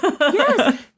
Yes